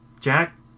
Jack